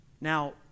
Now